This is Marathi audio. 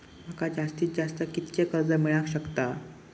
माका जास्तीत जास्त कितक्या कर्ज मेलाक शकता?